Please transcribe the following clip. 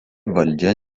valdžia